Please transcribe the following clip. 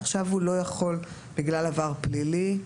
אבל עכשיו אסור לו לאמן בגלל עבר פלילי?